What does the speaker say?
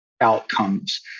outcomes